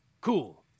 cool